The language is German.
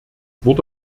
wurde